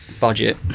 budget